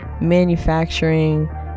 manufacturing